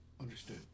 Understood